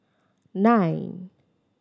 nine